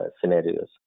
scenarios